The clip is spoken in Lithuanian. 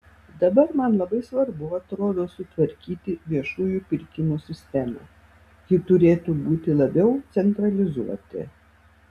dar man labai svarbu atrodo sutvarkyti viešųjų pirkimų sistemą ji turėtų būti labiau centralizuoti